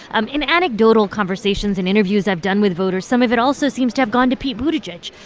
um in anecdotal conversations and interviews i've done with voters, some of it also seems to have gone to pete buttigieg.